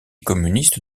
communiste